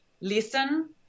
listen